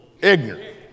ignorant